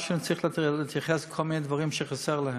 או שאני צריך להתייחס לכל מיני דברים שחסר להם?